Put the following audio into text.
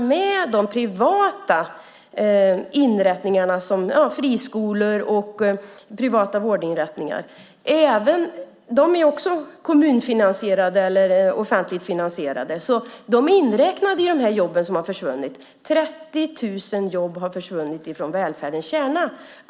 Även de privata inrättningarna, friskolor och privata vårdinrättningar, som också är kommunfinansierade eller offentligt finansierade, är inräknade när det gäller de jobb som har försvunnit. 30 000 jobb har försvunnit från välfärdens kärna.